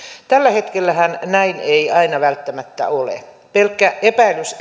tällä hetkellähän näin ei aina välttämättä ole pelkkä epäilys